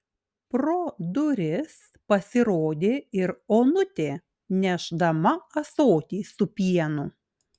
pro duris pasirodė ir onutė nešdama ąsotį su pienu